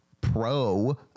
pro